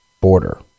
border